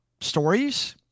stories